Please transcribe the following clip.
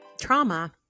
Trauma